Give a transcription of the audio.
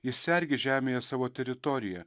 jis sergės žemėje savo teritoriją